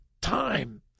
time